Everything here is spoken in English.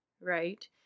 right